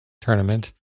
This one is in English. tournament